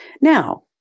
Now